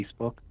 Facebook